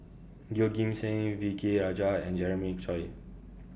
Yeoh Ghim Seng V K Rajah and Jeremiah Choy